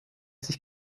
sich